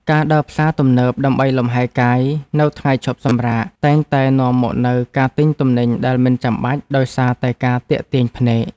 ការដើរផ្សារទំនើបដើម្បីលំហែកាយនៅថ្ងៃឈប់សម្រាកតែងតែនាំមកនូវការទិញទំនិញដែលមិនចាំបាច់ដោយសារតែការទាក់ទាញភ្នែក។